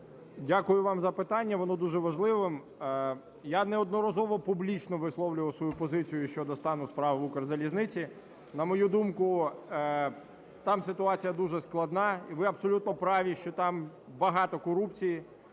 Дякую вам за питання, воно дуже важливе. Я неодноразово публічно висловлював свою позицію щодо стану справ в "Укрзалізниці". На мою думку, там ситуація дуже складна. І ви абсолютно праві, що там багато корупції.